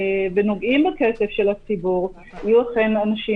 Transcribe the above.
שהעובדים שנוגעים בכסף של הציבור אכן יהיו אנשים